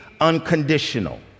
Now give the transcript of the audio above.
unconditional